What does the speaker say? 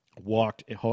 walked